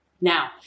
now